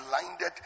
blinded